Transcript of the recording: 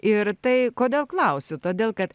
ir tai kodėl klausiu todėl kad